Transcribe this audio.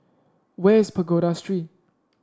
where is Pagoda Street